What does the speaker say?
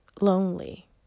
lonely